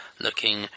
...looking